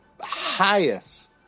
highest